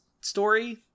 story